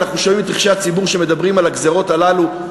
ואנחנו שומעים את רחשי הציבור שמדברים על הגזירות הללו,